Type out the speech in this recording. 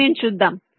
దీనిని చూద్దాం